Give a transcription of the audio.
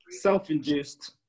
Self-induced